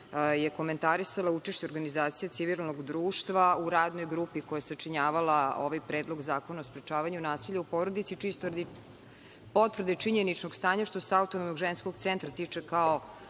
je komentarisala učešće organizacije civilnog društva u radnoj grupi koja je sačinjavala ovaj Predlog zakona o sprečavanju nasilja u porodici. Čisto radi potvrde činjeničnog stanja, što se Autonomnog ženskog centra tiče kao